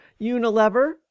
unilever